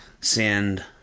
send